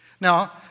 Now